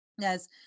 yes